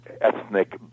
ethnic